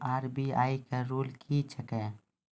RBI का rule क्या हैं?